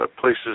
places